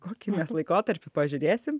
kokį mes laikotarpį pažiūrėsim